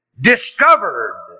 discovered